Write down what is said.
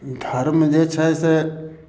धर्म जे छै से